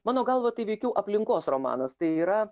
mano galva tai veikiau aplinkos romanas tai yra